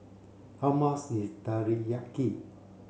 how much is Teriyaki